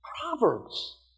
Proverbs